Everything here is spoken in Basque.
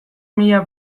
mila